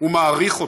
ומעריך אותן,